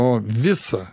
o visa